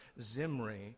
Zimri